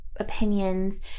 opinions